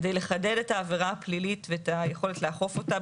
כדי לחדד את העבירה הפלילית ואת היכולת לאכוף אותה,